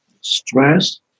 stress